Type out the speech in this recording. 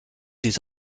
des